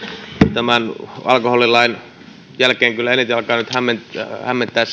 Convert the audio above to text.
tämän alkoholilain jälkeen kyllä eniten alkaa nyt hämmentää